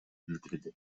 билдирди